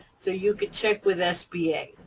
so you can check with sba.